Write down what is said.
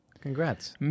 Congrats